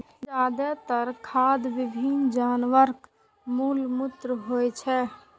जादेतर खाद विभिन्न जानवरक मल मूत्र होइ छै